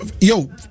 Yo